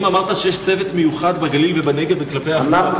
חבר הכנסת חמד עמאר,